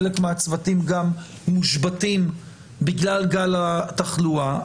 חלק מהצוותים גם מושבתים בגלל גל התחלואה.